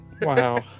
Wow